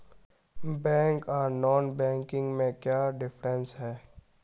Bank आर non banking में क्याँ डिफरेंस है?